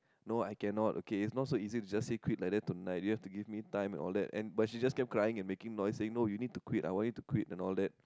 no I cannot okay it's not so easy to just say quit like that tonight you have to give me time and all that but she just kept crying and making noise you need to quit I want you to quit and all that